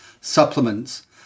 supplements